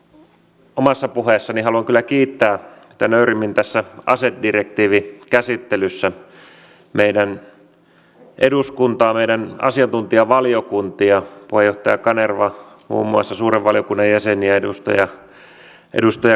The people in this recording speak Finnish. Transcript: nykyään esimerkiksi ei työnantaja tiedä muuta kuin sen onko palkkatuki myönnetty vai ei mutta ei ole tietoa palkkatuen suuruudesta eikä aloittamisajankohdasta se tulee vasta silloin kun työsuhteenkin pitäisi alkaa